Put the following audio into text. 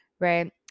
right